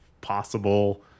possible